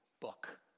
book